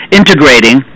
integrating